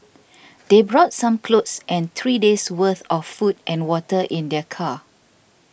they brought some clothes and three days' worth of food and water in their car